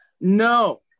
no